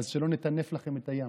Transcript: אז שלא נטנף לכם את הים.